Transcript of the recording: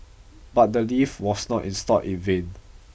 but the lift was not installed in vain